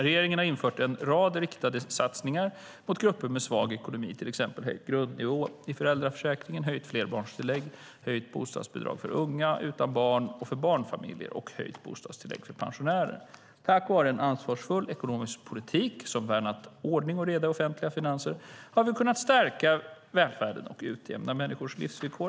Regeringen har infört en rad riktade satsningar mot grupper med svag ekonomi, till exempel höjd grundnivå i föräldraförsäkringen, höjt flerbarnstillägg, höjt bostadsbidrag för unga utan barn och för barnfamiljer och höjt bostadstillägg till pensionärer. Tack vare en ansvarsfull ekonomisk politik som värnat ordning och reda i offentliga finanser har vi kunnat stärka välfärden och utjämna människors livsvillkor.